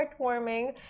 heartwarming